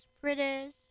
British